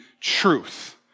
truth